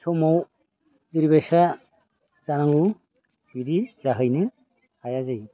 समाव जेरैबायदि जानांगौ बिदि जाहैनो हाया जायो